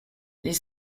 les